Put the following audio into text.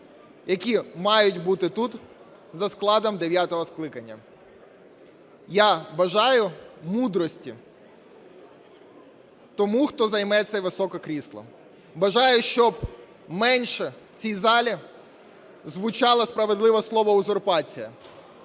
які мають бути тут за складом дев'ятого скликання. Я бажаю мудрості тому, хто займе це високе крісло, бажаю, щоб менше в цій залі звучало справедливе слово "узурпація",